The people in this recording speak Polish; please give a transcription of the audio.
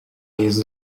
jest